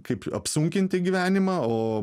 kaip apsunkinti gyvenimą o